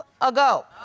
ago